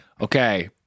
Okay